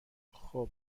خوب